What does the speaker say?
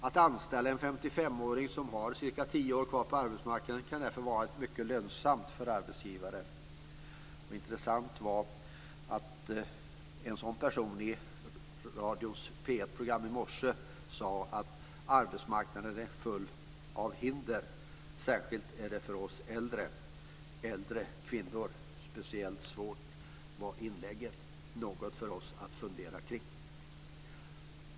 Att anställa en 55-åring som har cirka tio år kvar på arbetsmarknaden kan därför vara mycket lönsamt för arbetsgivaren. Intressant var att en sådan person i radions P 1-program i morse sade: Arbetsmarknaden är full av hinder, särskilt för oss äldre. Äldre kvinnor har det speciellt svårt, var inlägget. Något för oss att fundera kring.